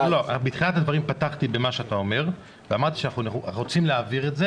בתחילת הדברים פתחתי במה שאתה אומר ואמרתי שאנחנו רוצים להעביר את זה